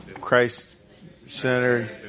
Christ-centered